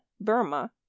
Burma